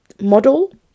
model